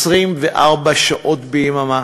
24 שעות ביממה,